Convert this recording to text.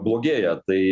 blogėja tai